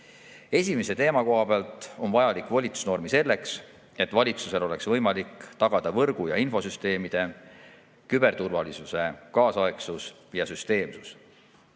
õiguses. Esimese teema koha pealt on vajalik volitusnorm selleks, et valitsusel oleks võimalik tagada võrgu ja infosüsteemide küberturvalisuse kaasaegsus ja süsteemsus.